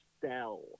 sell